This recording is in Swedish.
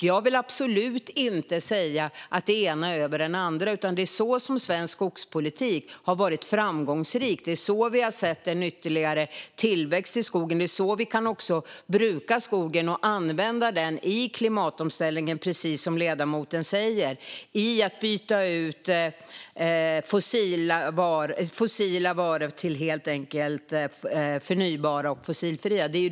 Jag vill absolut inte säga att det ena är över det andra. I stället är det på så sätt svensk skogspolitik har varit framgångsrik, genom att vi har sett ytterligare tillväxt i skogen, har brukat skogen och använt skogen i klimatomställningen. Precis som ledamoten säger har fossila varor bytts ut till förnybara och fossilfria varor.